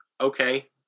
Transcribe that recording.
Okay